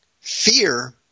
Fear